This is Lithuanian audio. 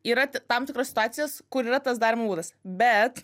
yra tam tikros situacijos kur yra tas darymo būdas bet